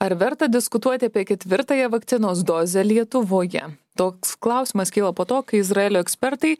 ar verta diskutuoti apie ketvirtąją vakcinos dozę lietuvoje toks klausimas kilo po to kai izraelio ekspertai